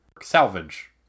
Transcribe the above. salvage